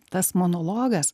tas monologas